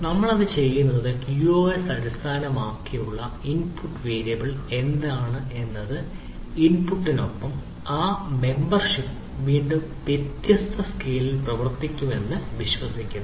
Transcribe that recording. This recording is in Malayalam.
നമ്മൾ അത് ചെയ്യുന്നത് ക്യൂഒഎസ് അടിസ്ഥാനമാക്കിയുള്ള ഇൻപുട്ട് വേരിയബിൾ എന്താണ് എന്നത് ഇൻപുട്ടിനൊപ്പം ആ മെമ്പർഷിപ് വീണ്ടും വ്യത്യസ്ത സ്കെയിലിൽ പ്രവർത്തിക്കുമെന്ന് വിശ്വസിക്കുന്നു